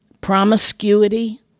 promiscuity